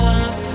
up